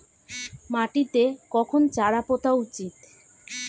মাটিতে কখন চারা পোতা উচিৎ?